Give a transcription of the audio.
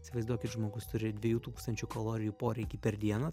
įsivaizduokit žmogus turi dviejų tūkstančių kalorijų poreikį per dieną